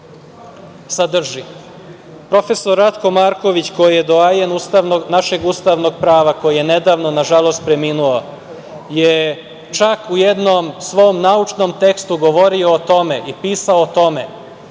sadrži. Profesor Ratko Marković, koji je doajen našeg ustavnog prava, koji je nažalost nedavno preminuo, je čak u jednom svom naučnom tekstu govorio i pisao o tome